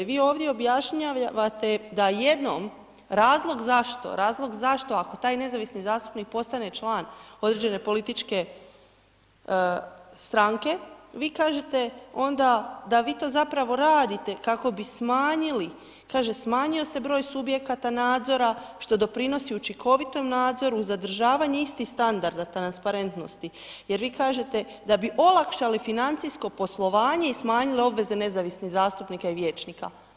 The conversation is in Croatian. Vi ovdje objašnjavate da jednom razlog zašto, razlog zašto ako taj nezavisni zastupnik postane član određene političke stranke, vi kažete onda da vi to zapravo radite kako bi smanjili, kaže smanjio se broj subjekata nadzora što doprinosi učinkovitom nadzoru u zadržavanju istih standarda transparentnosti jer vi kažete da bi olakšali financijsko poslovanje i smanjili obveze nezavisnih zastupnika i vijećnika.